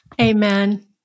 Amen